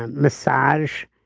and massage,